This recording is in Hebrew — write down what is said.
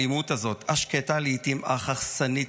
האלימות הזאת, השקטה לעיתים אך הרסנית,